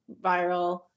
viral